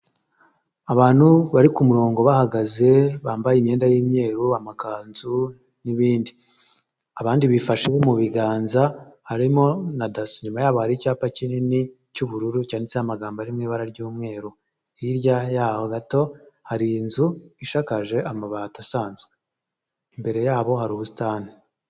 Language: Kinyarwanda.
Abantu bari ku kumurongo bahagaze bambaye imyenda y’imyeru, amakanzu n’ibindi. Abandi bifashe mu biganza harimo na daso, inyuma yabo hari icyapa kinini cy’ubururu cyanditseho amagambo ari mu ibara ry’umweru. Hirya yabo gato hari inzu ishakaje amabati asanzwe. Imbere yabo hari ubusitani.